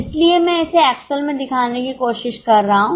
इसलिए मैं इसे एक्सेल में दिखाने की कोशिश कर रहा हूं